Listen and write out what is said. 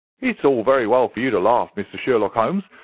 it's all very well for you to laugh, mr. sherlock holmes.